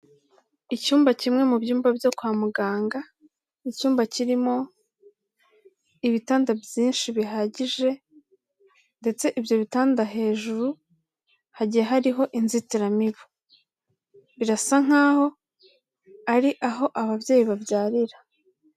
Icyumba kimwe mu byumba byo kwa muganga, icyumba kirimo ibitanda byinshi bihagije ndetse ibyo bitanda hejuru hagiye hariho inzitiramibu. Birasa nk'aho ari aho ababyeyi babyarira.